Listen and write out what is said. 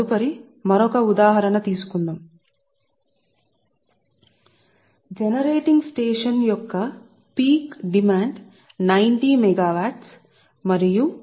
తదుపరి ది మరొక ఉదాహరణ ను సరైనదిగా తీసుకుంటుంది ఉత్పాదక స్టేషన్ యొక్క గరిష్ట డిమాండ్ 90 మెగావాట్లు మరియు లోడ్ ఫాక్టర్ 0